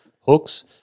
Hooks